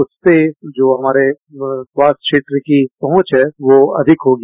उससे जो हमारे स्वास्थ्य क्षेत्र की सोच है वह अधिक होगी